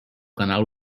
canal